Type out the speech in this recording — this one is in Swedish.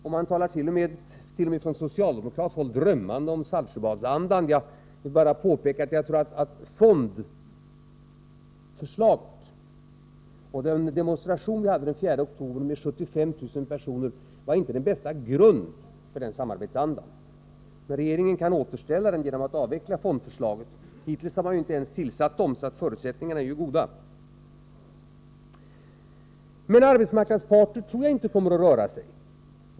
Från socialdemokratiskt håll talar man t.o.m. drömmande om Saltsjöbadsandan. Jag vill bara påpeka att jag inte tror att införandet av fonderna och den demonstration vi hade den 4 oktober med 75 000 personer var den bästa grunden för en sådan samarbetsanda. Men regeringen kan återställa den genom att avveckla fonderna. Hittills har man ju inte ens tillsatt fondstyrelserna, så förutsättningarna är goda. Arbetsmarknadens parter har nog ingen anledning att röra sig.